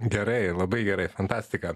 gerai labai gerai fantastika